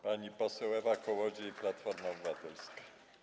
Pani poseł Ewa Kołodziej, Platforma Obywatelska.